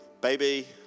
Baby